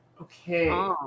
okay